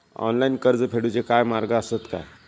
Online कर्ज फेडूचे काय मार्ग आसत काय?